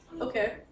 Okay